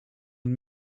een